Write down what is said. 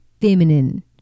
feminine